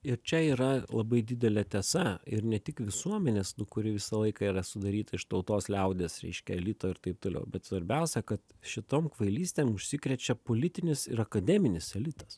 ir čia yra labai didelė tiesa ir ne tik visuomenės kuri visą laiką yra sudaryta iš tautos liaudies reiškia elito ir taip toliau bet svarbiausia kad šitom kvailystėm užsikrečia politinis ir akademinis elitas